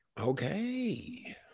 Okay